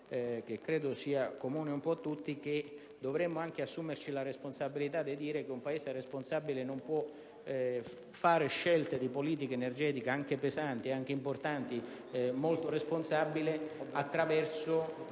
che credo sia comune un po' a tutti, che dovremmo anche assumerci la responsabilità di dire che un Paese consapevole non può fare scelte di politica energetiche, anche pesanti, anche importanti, molto responsabili, attraverso